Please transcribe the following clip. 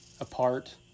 Apart